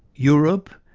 europe.